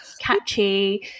catchy